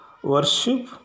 worship